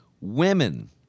women